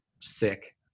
sick